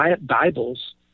Bibles